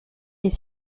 les